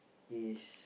is